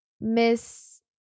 miss